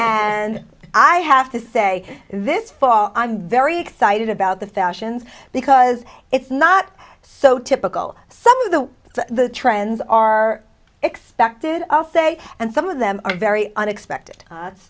and i have to say this far i'm very excited about the fashions because it's not so typical some of the the trends are expected i'll say and some of them are very unexpected